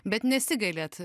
bet nesigailit